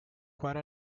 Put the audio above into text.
quite